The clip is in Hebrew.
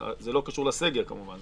זה לא קשור לסגר כמובן,